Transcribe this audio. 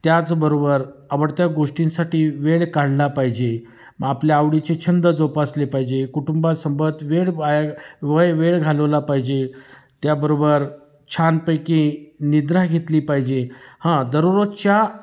त्याचबरोबर आवडत्या गोष्टींसाठी वेळ काढला पाहिजे मग आपल्या आवडीचे छंद जोपासले पाहिजे कुटुंबासंगत वेळ वाया वय वेळ घालवला पाहिजे त्याबरोबर छान पैकी निद्रा घेतली पाहिजे हां दररोजच्या